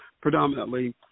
predominantly